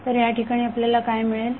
तर या ठिकाणी आपल्याला काय मिळेल